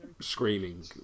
screaming